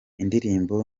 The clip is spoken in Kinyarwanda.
indirimbo